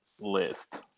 list